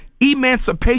Emancipation